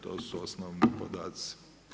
To su osnovni podaci.